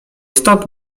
stąd